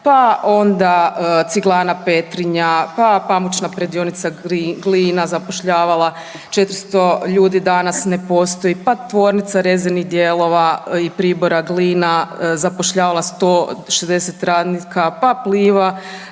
Pa onda Ciglana Petrinja, pa pamučna predionica Glina zapošljavala 400 ljudi. Danas ne postoji. Pa tvornica rezervnih dijelova i pribora Glina zapošljavala 160 radnika, pa Pliva